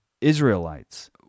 Israelites